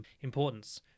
importance